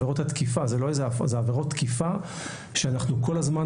אלה עבירות תקיפה שאנחנו כל הזמן,